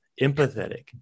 empathetic